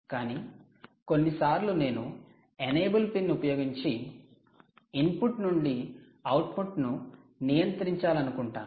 కానీ కొన్నిసార్లు నేను 'ఎనేబుల్ పిన్' ఉపయోగించి ఇన్పుట్ నుండి ఔట్పుట్ను నియంత్రించాలనుకుంటాను